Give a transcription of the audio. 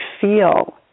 feel